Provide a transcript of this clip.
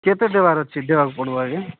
କେତେ ଦେବାର ଅଛି ଦେବାକୁ ପଡ଼୍ବ ଆଜ୍ଞା